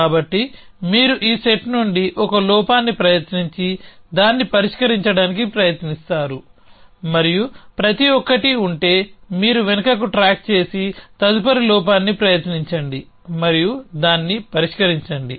కాబట్టి మీరు ఈ సెట్ నుండి ఒక లోపాన్ని ప్రయత్నించి దాన్ని పరిష్కరించడానికి ప్రయత్నిస్తారు మరియు ప్రతి ఒక్కటి ఉంటే మీరు వెనుకకు ట్రాక్ చేసి తదుపరి లోపాన్ని ప్రయత్నించండి మరియు దాన్ని పరిష్కరించండి